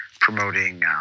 promoting –